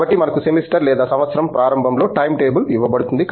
కాబట్టి మనకు సెమిస్టర్ లేదా సంవత్సరం ప్రారంభంలో టైమ్ టేబుల్ ఇవ్వబడుతుంది